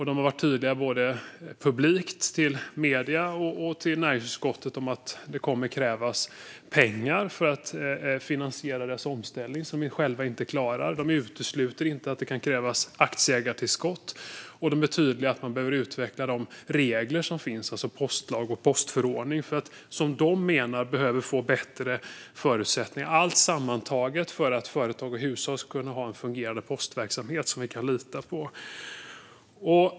De har varit tydliga både publikt till medierna och till näringsutskottet med att det kommer att krävas pengar för att finansiera deras omställning, som de inte klarar själva. De utesluter inte att det kan krävas aktieägartillskott. De är tydliga med att man behöver utveckla de regler som finns, alltså postlag och postförordning, och de menar att de behöver få bättre förutsättningar. Allt detta sammantaget är för att företag och hushåll ska kunna ha en fungerande postverksamhet som vi kan lita på.